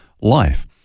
life